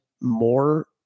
more